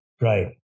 Right